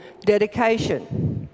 dedication